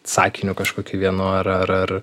sakiniu kažkokiu vienu ar ar ar